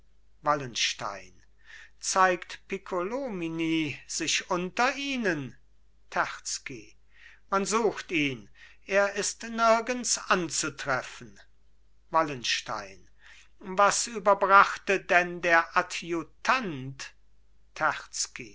wallenstein zeigt piccolomini sich unter ihnen terzky man sucht ihn er ist nirgends anzutreffen wallenstein was überbrachte denn der adjutant